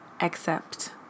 accept